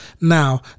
Now